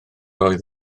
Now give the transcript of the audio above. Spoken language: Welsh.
oedd